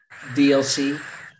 DLC